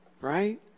right